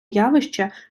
явище